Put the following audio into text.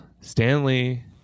stanley